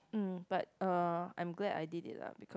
mm but uh I'm glad I did it lah becau~